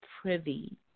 privy